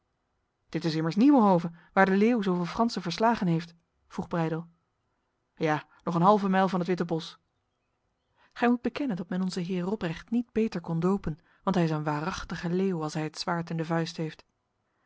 dit is immers nieuwenhove waar de leeuw zoveel fransen verslagen heeft vroeg breydel ja nog een halve mijl van het witte bos gij moet bekennen dat men onze heer robrecht niet beter kon dopen want hij is een waarachtige leeuw als hij het zwaard in de vuist heeft